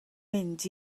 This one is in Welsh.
mynd